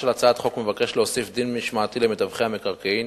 (דין משמעתי ותיקונים שונים),